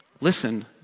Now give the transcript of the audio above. listen